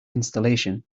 installation